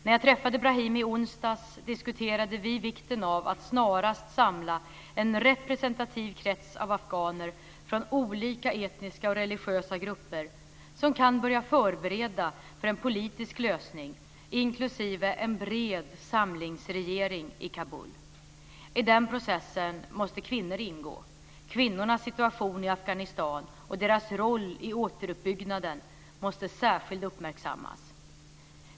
När jag träffade Brahimi i onsdags diskuterade vi vikten av att snarast samla en representativ krets av afghaner från olika etniska och religiösa grupper som kan börja förbereda för en politisk lösning, inklusive en bred samlingsregering i Kabul. I den processen måste kvinnor ingå. Kvinnornas situation i Afghanistan och deras roll i återuppbyggnaden måste särskilt uppmärksammas.